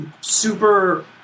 super